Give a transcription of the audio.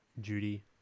Judy